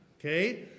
Okay